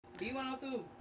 B102